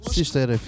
Sister